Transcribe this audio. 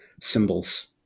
symbols